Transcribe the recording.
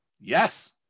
Yes